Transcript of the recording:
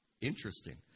Interesting